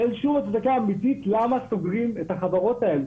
אין שום הצדקה אמיתית למה סוגרים את החברות האלה.